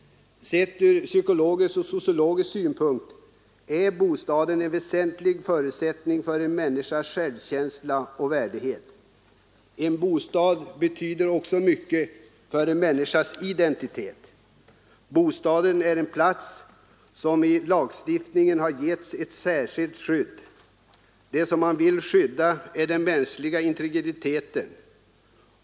Sett ur psykologisk och sociologisk synpunkt är bostaden en väsentlig förutsättning för en människas självkänsla och värdighet. En bostad betyder också mycket för en människas identitet. Bostaden är en plats som i lagstiftningen har getts ett särskilt skydd. Det som man vill skydda är den mänskliga integriteten.